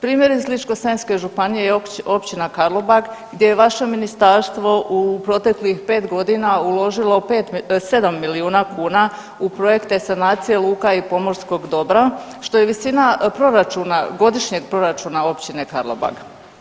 Primjer iz Ličko-senjske županije je Općina Karlobag gdje je vaše ministarstvo u proteklih pet godina uložilo sedam milijuna kuna u projekte sanacija luka i pomorskog dobra što je visina proračuna, godišnjeg proračuna Općine Karlobag.